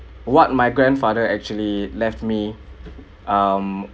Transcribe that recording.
what my grandfather actually left me um